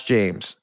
James